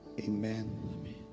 Amen